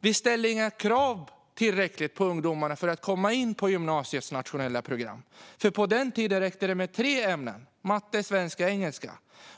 Det ställdes inte tillräckliga krav på ungdomarna för att komma in på gymnasiets nationella program. På den tiden räckte det med godkänt i tre ämnen: matte, svenska och engelska.